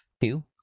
two